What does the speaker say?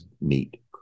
meet